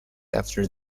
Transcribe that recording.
after